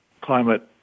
climate